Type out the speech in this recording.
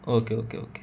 okay okay okay